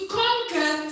conquer